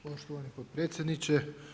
Poštovani potpredsjedniče.